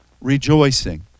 rejoicing